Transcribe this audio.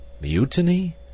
Mutiny